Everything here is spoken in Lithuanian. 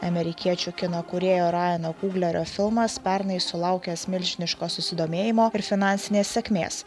amerikiečių kino kūrėjo rajano kuglerio filmas pernai sulaukęs milžiniško susidomėjimo ir finansinės sėkmės